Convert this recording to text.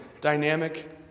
dynamic